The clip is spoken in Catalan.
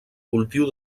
cultiu